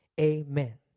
Amen